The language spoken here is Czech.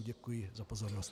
Děkuji za pozornost.